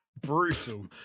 Brutal